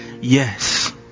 yes